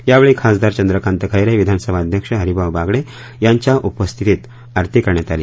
यावेळी खासदार चंद्रकांत खेरे विधानसभा अध्यक्ष हरिभाऊ बागडे यांच्या उपस्थितीत आरती करण्यात आली